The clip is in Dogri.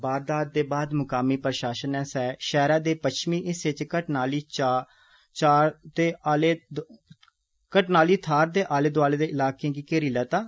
वारदात दे बाद मकामी प्रषासन नै षैहरे दे पच्छमी हिस्से च घटना आली थाहर ते आले दोआले दे इलाके गी घेरी लैता ऐ